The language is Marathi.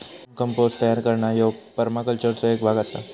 वर्म कंपोस्ट तयार करणा ह्यो परमाकल्चरचो एक भाग आसा